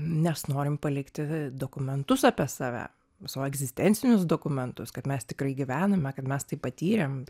nes norim palikti dokumentus apie save savo egzistencinius dokumentus kad mes tikrai gyvenome kad mes tai patyrėm